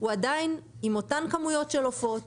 הוא עדיין עם אותן כמויות של עופות,